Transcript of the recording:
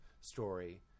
story